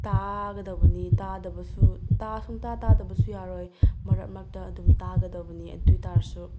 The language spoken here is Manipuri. ꯇꯥꯒꯗꯕꯅꯤ ꯇꯥꯗꯕꯁꯨ ꯇꯥ ꯁꯨꯡꯇꯥ ꯇꯥꯗꯕꯁꯨ ꯌꯥꯔꯣꯏ ꯃꯔꯛ ꯅꯔꯛꯇ ꯑꯗꯨꯝ ꯇꯥꯒꯗꯕꯅꯤ ꯑꯗꯨꯏ ꯇꯥꯔꯁꯨ